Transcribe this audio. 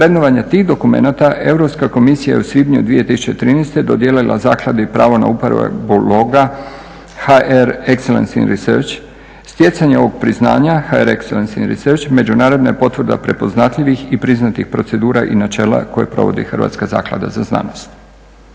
vrednovanja tih dokumenata Europska komisija je u svibnju 2013. dodijelila zakladi pravo na uporabu loga …. Stjecanje ovog priznanja … međunarodna je potvrda prepoznatljivih i priznatih procedura i načela koje provodi Hrvatska zaklada za znanost.